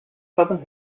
southern